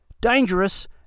dangerous